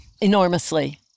Enormously